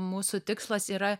mūsų tikslas yra